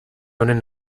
honen